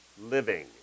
Living